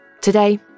Today